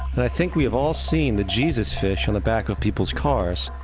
and i think we've all seen the jesus-fish on the backs of people's cars.